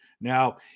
Now